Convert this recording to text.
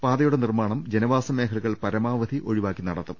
പാതയുടെ നിർമ്മാണം ജനവാസ മേഖലകൾ പരമാവധി ഒഴിവാക്കി നടത്തും